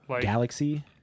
Galaxy